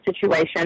situation